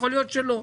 יכול להיות שלא.